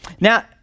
Now